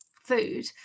food